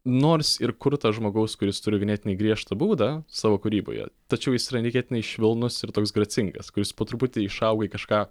nors ir kurtas žmogaus kuris turi ganėtinai griežtą būdą savo kūryboje tačiau jis yra neįtikėtinai švelnus ir toks gracingas kuris po truputį išauga į kažką